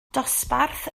dosbarth